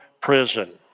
prison